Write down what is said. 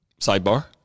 Sidebar